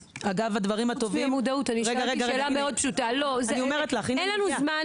האישה ולשוויון מגדרי): << יור >> אין לנו זמן,